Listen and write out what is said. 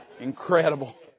Incredible